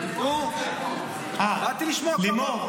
לימור,